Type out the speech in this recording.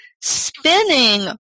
Spinning